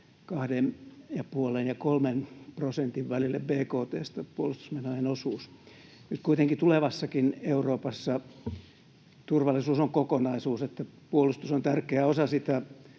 2,5—3 prosentin välille bkt:stä. Nyt kuitenkin tulevassakin Euroopassa turvallisuus on kokonaisuus. Puolustus on tärkeä osa sitä,